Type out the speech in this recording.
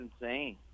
insane